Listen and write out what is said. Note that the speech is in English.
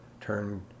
turn